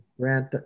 grant